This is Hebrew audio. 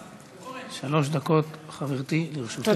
שלוש דקות, חברתי, לרשותך.